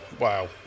wow